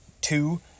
Two